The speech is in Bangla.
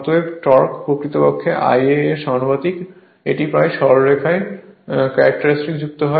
অতএব টর্ক প্রকৃতপক্ষে Ia এর সমানুপাতিক এটি প্রায় সরলরেখার ক্যারেক্টারিস্টিক যুক্ত